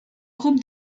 groupe